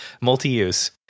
Multi-use